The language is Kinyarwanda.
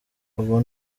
ubu